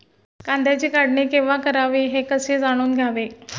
कांद्याची काढणी केव्हा करावी हे कसे जाणून घ्यावे?